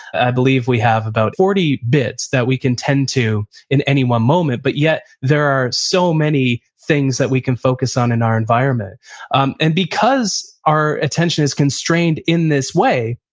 i believe we have about forty bits that we can tend to in any one moment, but yet there are so many things that we can focus on in our environment um and because our attention is constrained in this way,